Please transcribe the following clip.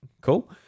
Cool